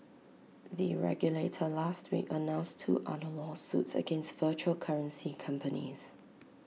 the regulator last week announced two other lawsuits against virtual currency companies